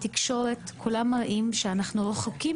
התקשורת כולם מראים שאנחנו רחוקים